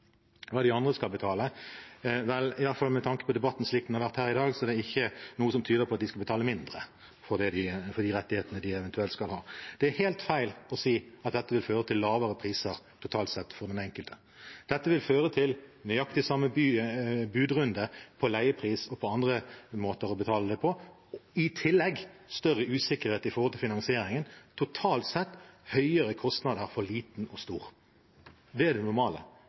Hva de andre skal betale – vel, i alle fall med tanke på debatten slik den har vært her i dag, er det ikke noe som tyder på at de skal betale mindre for de rettighetene de eventuelt skal ha. Det er helt feil å si at dette vil føre til lavere priser, totalt sett, for den enkelte. Dette vil føre til nøyaktig samme budrunde om leiepris og om andre måter å betale det på, i tillegg til større usikkerhet med hensyn til finansieringen – totalt sett høyere kostnader for liten og stor. Det er det normale.